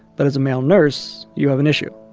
but as a male nurse, you have an issue.